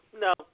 No